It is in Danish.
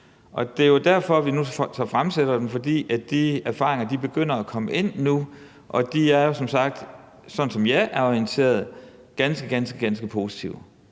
Det er jo derfor, vi nu fremsætter det. De erfaringer begynder at komme ind nu, og de er jo som sagt, sådan som jeg er orienteret, ganske, ganske positive.